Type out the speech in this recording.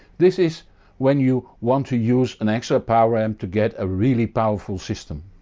this is when you want to use an extra power amp to get a really powerful system.